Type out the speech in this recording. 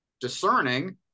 discerning